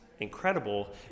incredible